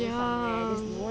ya